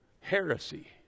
Heresy